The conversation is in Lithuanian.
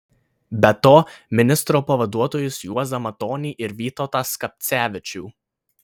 be to ministro pavaduotojus juozą matonį ir vytautą skapcevičių